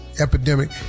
epidemic